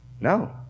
No